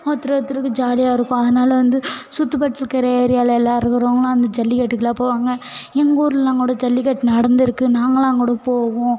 ஒருத்தர் ஒருத்தருக்கு ஜாலியாக இருக்கும் அதனால் வந்து சுற்றுப்பட்டுலக்குற ஏரியாவில் எல்லாம் இருக்கிறவங்களும் அந்து ஜல்லிக்கட்டுக்கெலாம் போவாங்க எங்கள் ஊருலெலாம் கூட ஜல்லிக்கட்டு நடந்துருக்குது நாங்களாம் கூட போவோம்